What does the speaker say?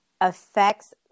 affects